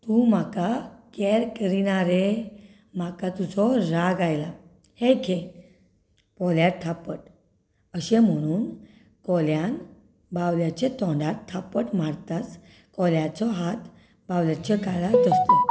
तूं म्हाका कॅर करना रे म्हाका तुजो राग आयला हें घे पोल्यार थापट अशें म्हणून कोल्यान बावल्याच्या तोंडार थापट मारताच कोल्याचो हात बावल्याच्या कानार दसलो